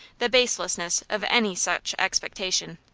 the baselessness of any such expectation.